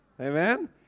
Amen